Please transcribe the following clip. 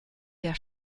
der